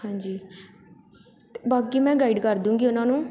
ਹਾਂਜੀ ਬਾਕੀ ਮੈਂ ਗਾਈਡ ਕਰ ਦੂੰਗੀ ਉਹਨਾਂ ਨੂੰ